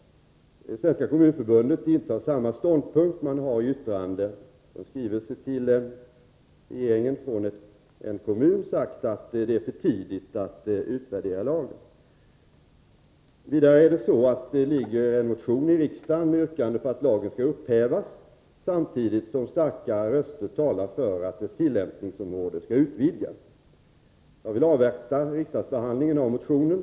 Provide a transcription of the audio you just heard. Svenska kommunförbundet intar samma ståndpunkt. Man har sålunda i en skrivelse till regeringen från en kommun sagt att det är för tidigt att utvärdera lagen. Vidare ligger det en motion i riksdagen med yrkande om att lagen skall upphävas, samtidigt som starka röster talar för att dess tillämpningsområde skall utvidgas. Jag vill avvakta riksdagsbehandlingen av motionen.